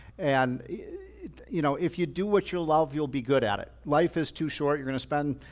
and you know if you do what you love, you'll be good at it. life is too short. you're gonna spend,